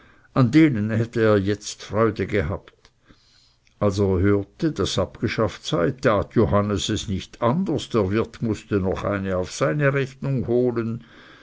an denen hätte er jetzt freude gehabt als er hörte daß abgeschafft sei tat johannes es nicht anders der wirt mußte noch eine auf seine rechnung holen